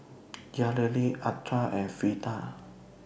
Yareli Ardath and Freeda